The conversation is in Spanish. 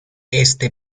este